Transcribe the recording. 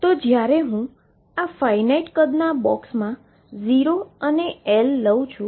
તેથી જ્યારે હું આ ફાઈનાઈટ કદના બોક્સ 0 અને L લઉ છું